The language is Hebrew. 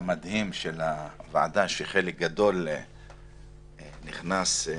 המדהים של הוועדה, שחלק גדול נכנס לבידוד.